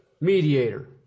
mediator